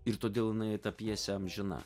ir todėl jinai ta pjesė amžina